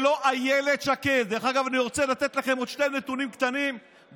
אני מברך אותך על הנאום הראשון שלך.